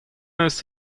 eus